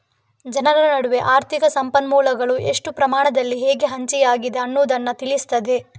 ಜನರ ನಡುವೆ ಆರ್ಥಿಕ ಸಂಪನ್ಮೂಲಗಳು ಎಷ್ಟು ಪ್ರಮಾಣದಲ್ಲಿ ಹೇಗೆ ಹಂಚಿಕೆ ಆಗಿದೆ ಅನ್ನುದನ್ನ ತಿಳಿಸ್ತದೆ